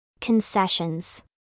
Concessions